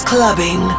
Clubbing